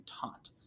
taught